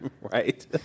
right